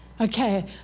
Okay